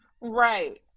Right